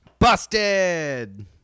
Busted